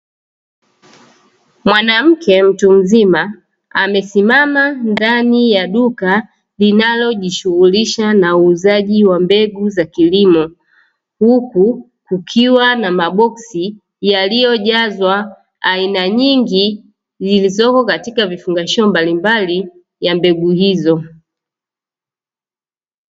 Mwanamke mtu mzima amesimama ndani ya duka linalojishughulisha na uuzaji wa mbegu za kilimo, huku kukiwa na maboksi yaliyojazwa aina nyingi zilizoko katika vifungashio mbalimbali ya mbegu hizo.